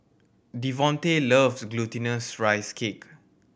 Devonte loves Glutinous Rice Cake